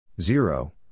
Zero